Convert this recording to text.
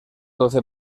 doce